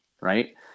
right